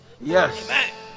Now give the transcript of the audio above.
yes